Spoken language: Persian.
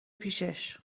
پیشش